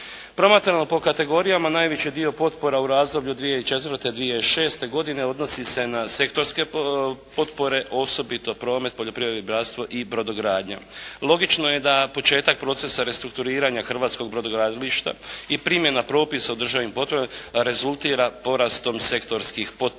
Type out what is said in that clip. Promatrano po kategorijama, najveći dio potpora u razdoblju 2004./2006. godine odnosi se na sektorske potpore, osobito promet, poljoprivreda, ribarstvo i brodogradnja. Logično je da početak procesa restrukturiranja hrvatskog brodogradilišta i primjena propisa o državnim potporama rezultira porastom sektorskih potpora.